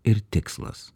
ir tikslas